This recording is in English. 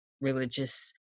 religious